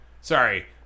Sorry